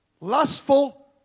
Lustful